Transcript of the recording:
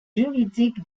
juridique